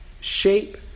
shape